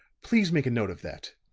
please make a note of that,